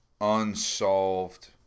unsolved